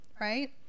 right